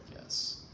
Yes